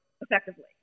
effectively